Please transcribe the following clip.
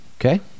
okay